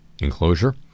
enclosure